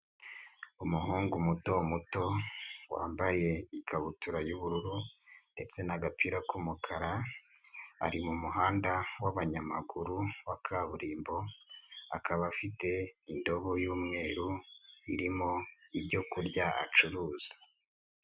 Umuhungu muto muto wambaye ikabutura y'ubururu ndetse n'agapira k'umukara, ari mu muhanda w'abanyamaguru wa kaburimbo, akaba afite indobo y'umweru irimo ibyo kurya acuruza.